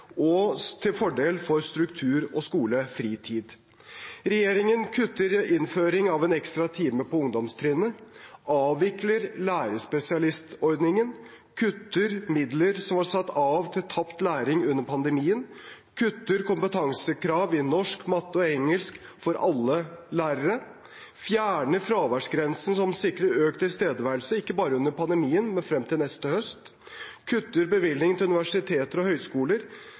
til fordel for struktur og skolefritid. Regjeringen kutter i innføringen av en ekstra time på ungdomstrinnet, avvikler lærerspesialistordningen, kutter midler som var satt av til tapt læring under pandemien, kutter kompetansekrav i norsk, matte og engelsk for alle lærere, fjerner fraværsgrensen som sikrer økt tilstedeværelse – ikke bare under pandemien, men frem til neste høst – kutter bevilgning til universiteter og høyskoler,